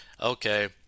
okay